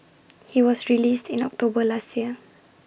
he was released in October last year